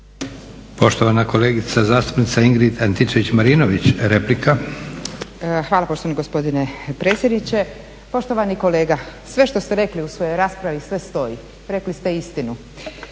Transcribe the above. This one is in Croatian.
Poštovani kolega, sve što ste rekli u svojoj raspravi sve stoji, rekli ste istinu.